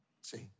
see